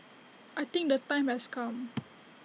I think the time has come